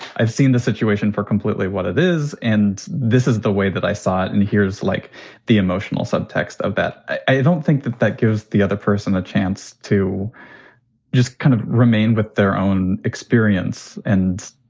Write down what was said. i've seen the situation for completely what it is. and this is the way that i saw it. and here's like the emotional subtext of that. i don't think that that gives the other person a chance to just kind of remain with their own experience and,